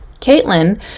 Caitlin